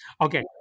okay